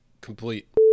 complete